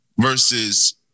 Versus